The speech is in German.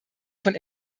von